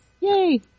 Yay